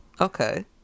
Okay